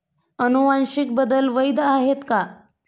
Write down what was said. अनुवांशिक बदल वैध आहेत का?